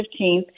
15th